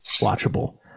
watchable